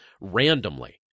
randomly